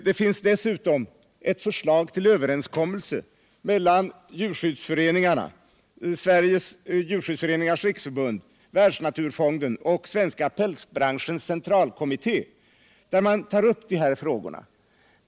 Det finns dessutom ett förslag till överenskommelse mellan Sveriges djurskyddsföreningars riksförbund, Världsnaturfonden och Svenska pälsbranschens centralkommitté, där man tar upp de här frågorna.